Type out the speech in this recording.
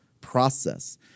process